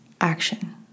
action